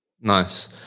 Nice